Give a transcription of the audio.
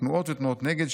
תנועות ותנועות נגד,